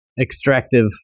extractive